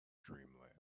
dreamland